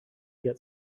get